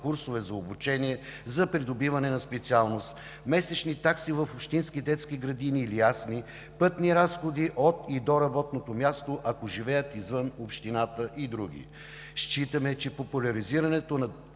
курсове за обучение за придобиване на специалност, месечни такси в общински детски градини и ясли, пътни разходи от и до работното място, ако живеят извън общината, и други. Считаме, че популяризирането на